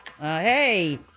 Hey